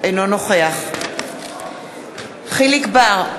אינו נוכח יחיאל חיליק בר,